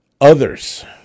others